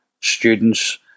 students